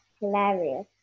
hilarious